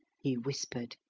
he whispered,